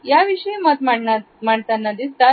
याविषयी मत मांडताना दिसतात